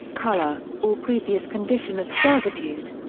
color, or previous condition of servitude.